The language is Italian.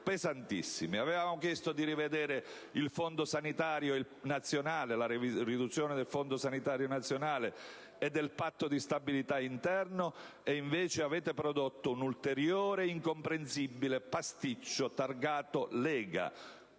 PD*). Avevamo chiesto di rivedere la riduzione del fondo sanitario nazionale e del patto di stabilità interno e invece avete prodotto un ulteriore ed incomprensibile pasticcio targato Lega